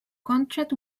contract